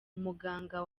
umuganga